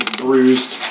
bruised